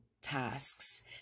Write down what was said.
tasks